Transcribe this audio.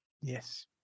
Yes